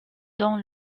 dans